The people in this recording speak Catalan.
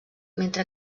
mentre